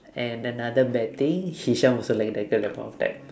and another bad thing hisham also liked that girl at that point of time